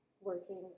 working